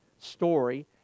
story